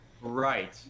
right